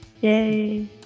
Yay